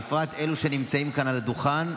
בפרט לאלה שנמצאים כאן על הדוכן.